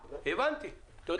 תודה.